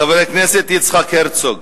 חבר הכנסת יצחק הרצוג,